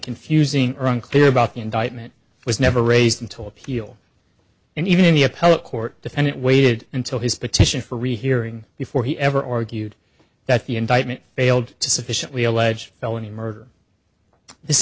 confusing or unclear about the indictment was never raised until appeal and even in the appellate court defendant waited until his petition for rehearing before he ever argued that the indictment failed to sufficiently allege felony murder th